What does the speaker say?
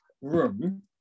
room